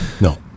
No